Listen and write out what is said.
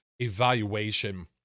evaluation